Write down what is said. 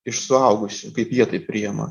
iš suaugusių kaip jie tai priima